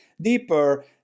deeper